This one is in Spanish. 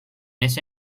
ese